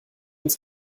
uns